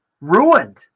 ruined